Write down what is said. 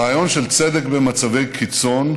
הרעיון של צדק במצבי קיצון,